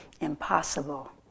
impossible